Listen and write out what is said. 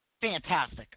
fantastic